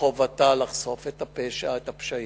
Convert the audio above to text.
מחובתה לחשוף את הפשעים,